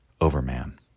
Overman